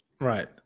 Right